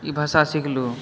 ई भाषा सिखलहुँ